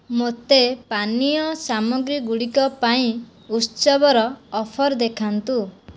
ମୋତେ ପାନୀୟ ସାମଗ୍ରୀ ଗୁଡ଼ିକ ପାଇଁ ଉତ୍ସବର ଅଫର୍ ଦେଖାନ୍ତୁ